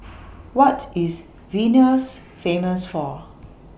What IS Vilnius Famous For